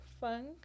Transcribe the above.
funk